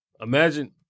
Imagine